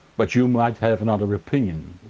but you might have another opinion.